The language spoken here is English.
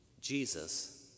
jesus